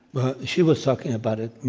well, she was talking about it.